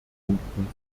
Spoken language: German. punkten